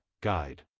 Guide